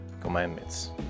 commandments